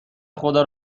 خدا